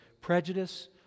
prejudice